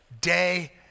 Day